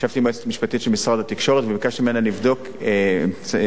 ישבתי עם היועצת המשפטית של משרד התקשורת וביקשתי ממנה לבדוק את הסמכויות